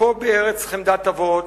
"פה בארץ חמדת אבות